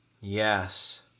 Yes